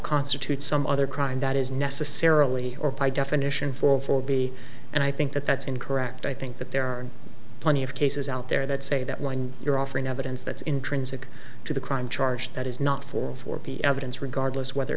constitute some other crime that is necessarily or by definition for for b and i think that that's incorrect i think that there are plenty of cases out there that say that when you're offering evidence that's intrinsic to the crime charge that is not for for evidence regardless whether